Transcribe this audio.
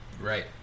Right